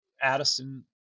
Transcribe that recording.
Addison